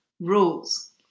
rules